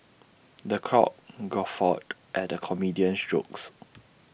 the crowd guffawed at the comedian's jokes